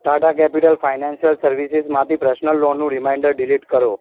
Tata capital financial સર્વિસીસમાંથી personal લોનનું reminder delete કરો